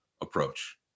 approach